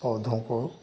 पौधों को